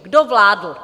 Kdo vládl?